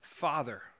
Father